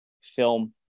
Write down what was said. film